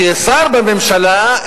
כשר בממשלה,